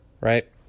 right